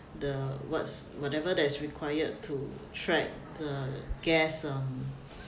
the what's whatever that is required to track the guests um